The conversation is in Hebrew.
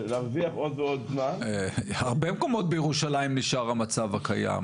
ולהרוויח עוד ועוד זמן --- בהרבה מקומות בירושלים נשאר המצב הקיים.